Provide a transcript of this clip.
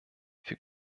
für